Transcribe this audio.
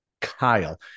Kyle